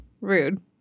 Rude